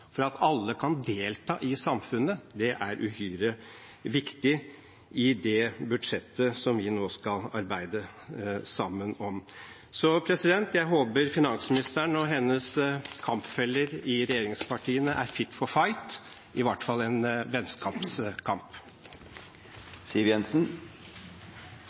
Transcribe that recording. for at alle kan delta i samfunnet, er uhyre viktig i det budsjettet som vi nå skal arbeide sammen om. Jeg håper finansministeren og hennes kampfeller i regjeringspartiene er fit for fight, i hvert fall en vennskapskamp.